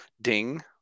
Ding